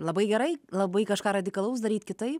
labai gerai labai kažką radikalaus daryt kitaip